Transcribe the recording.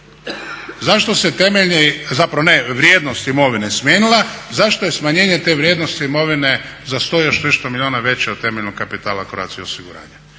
Zašto se temeljni, zapravo ne, vrijednost imovine smanjila? Zašto je smanjenje te vrijednosti imovine za 100 i još nešto milijuna veća od temeljnog kapitala Croatia osiguranja?